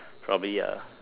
probably a